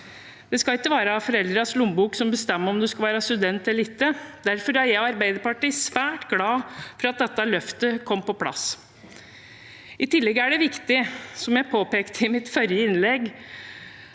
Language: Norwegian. Det skal ikke være foreldrenes lommebok som bestemmer om du skal være student eller ikke. Derfor er jeg og Arbeiderpartiet svært glad for at dette løftet kom på plass. I tillegg er det viktig, som jeg påpekte i mitt forrige innlegg,